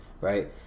right